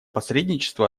посредничества